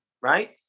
Right